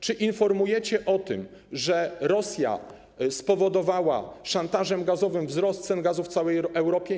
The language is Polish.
Czy informujecie o tym, że Rosja spowodowała szantażem gazowym wzrost cen gazu w całej Europie?